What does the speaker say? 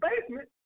basement